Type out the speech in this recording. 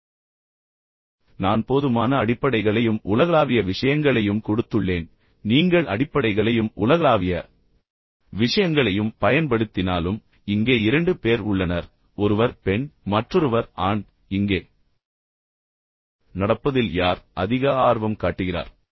எனவே நான் போதுமான அடிப்படைகளையும் உலகளாவிய விஷயங்களையும் கொடுத்துள்ளேன் பின்னர் நீங்கள் அடிப்படைகளையும் உலகளாவிய விஷயங்களையும் பயன்படுத்தினாலும் இங்கே இரண்டு பேர் உள்ளனர் ஒருவர் பெண் மற்றொருவர் ஆண் இங்கே எ நடப்பதில் யார் அதிக ஆர்வம் காட்டுகிறார்